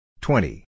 Twenty